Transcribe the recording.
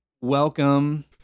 welcome